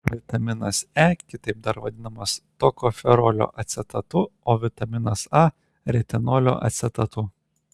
vitaminas e kitaip dar vadinamas tokoferolio acetatu o vitaminas a retinolio acetatu